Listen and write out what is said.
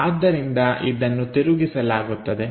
ಆದ್ದರಿಂದ ಇದನ್ನು ತಿರುಗಿಸಲಾಗುತ್ತದೆ